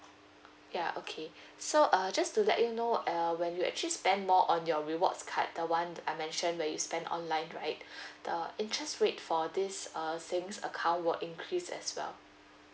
ya okay so uh just to let you know err when you actually spend more on your rewards card the one that I mentioned where you spend online right the interest rate for this uh savings account will increase as well